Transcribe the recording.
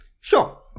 Sure